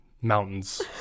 mountains